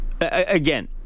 again